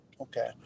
Okay